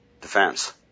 defense